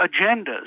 agendas